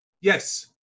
Yes